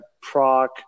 proc